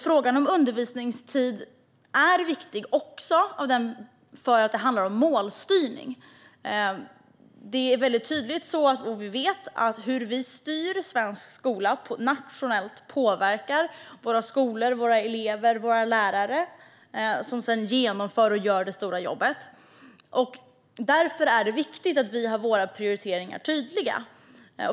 Frågan om undervisningstid är viktig också därför att det handlar om målstyrning. Det är tydligt och vi vet att hur vi styr svensk skola nationellt påverkar våra skolor, elever och lärare, som sedan genomför och gör det stora jobbet. Därför är det viktigt att vi har våra prioriteringar tydliga.